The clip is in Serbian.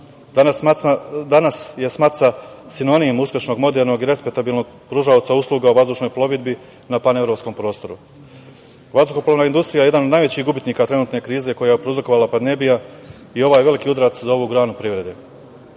Danas je SMATSA sinonim uspešnog, modernog i respektabilnog pružaoca usluga u vazdušnoj plovidbi na Panevropskom prostoru. Vazduhoplovna industrija je jedan od najvećih gubitnika trenutne krize koju je prouzrokovala pandemija i ovo je veliki udarac za ovu granu privrede.